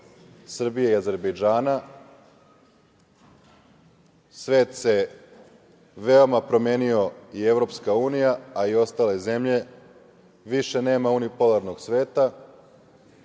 Srbije i Azerbejdžana. Svet se veoma promenio i EU, a i ostale zemlje, više nema unipolarnog sveta,